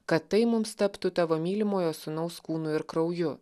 kad tai mums taptų tavo mylimojo sūnaus kūnu ir krauju